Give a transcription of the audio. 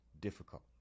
difficult